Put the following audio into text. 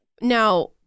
Now